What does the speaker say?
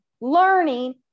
learning